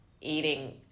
eating